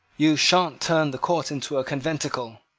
you sha'n't turn the court into a conventicle.